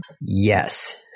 Yes